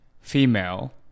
Female